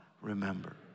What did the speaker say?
remember